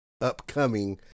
upcoming